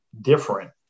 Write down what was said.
different